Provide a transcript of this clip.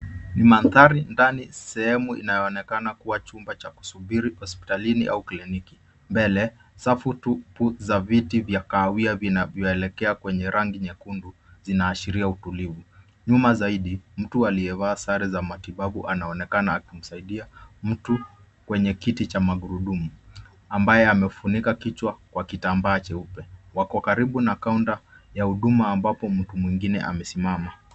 Ni mandhari ndani sehemu inayoonekana kuwa chumba cha kusubiri hospitalini au kliniki, mbele, safu tupu za viti vya kahawia vinavyoelekea kwenye rangi nyekundu zinaashiria utulivu. Nyuma zaidi, mtu aliyevaa sare za matibabu anaonekana akimsaidia mtu kwenye kiti cha magurudumu, ambaye amefunika kichwa kwa kitambaa cheupe, wako karibu na kaunta ya huduma ambapo mtu mwingine amesimama.